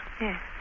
Yes